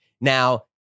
now